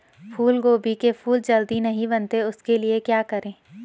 फूलगोभी के फूल जल्दी नहीं बनते उसके लिए क्या करें?